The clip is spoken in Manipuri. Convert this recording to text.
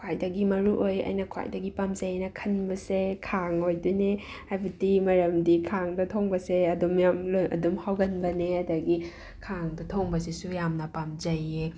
ꯈ꯭ꯋꯥꯏꯗꯒꯤ ꯃꯔꯨꯑꯣꯏ ꯑꯩꯅ ꯈ꯭ꯋꯥꯏꯗꯒꯤ ꯄꯥꯝꯖꯩꯅ ꯈꯟꯕꯁꯦ ꯈꯥꯡ ꯑꯣꯏꯗꯣꯏꯅꯦ ꯍꯥꯏꯕꯗꯤ ꯃꯔꯝꯗꯤ ꯈꯥꯡꯗ ꯊꯣꯡꯕꯁꯦ ꯑꯗꯨꯝ ꯌꯥꯝꯅ ꯑꯗꯨꯝ ꯍꯥꯎꯒꯟꯕꯅꯦ ꯑꯗꯒꯤ ꯈꯥꯡꯗ ꯊꯣꯡꯕ ꯁꯤꯁꯨ ꯌꯥꯝꯅ ꯄꯥꯝꯖꯩꯌꯦ